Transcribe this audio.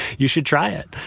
you should try it